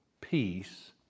peace